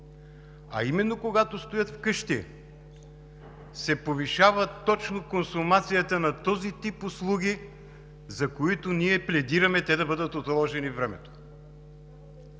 а именно когато стоят вкъщи се повишава точно консумацията на този тип услуги, за които ние пледираме плащанията да бъдат отложени във времето